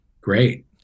Great